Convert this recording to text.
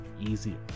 easier